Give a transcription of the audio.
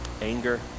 anger